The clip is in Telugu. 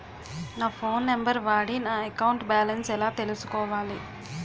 నా ఫోన్ నంబర్ వాడి నా అకౌంట్ బాలన్స్ ఎలా తెలుసుకోవాలి?